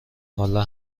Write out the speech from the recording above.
حالا